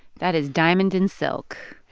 that is diamond and silk.